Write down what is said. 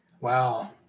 Wow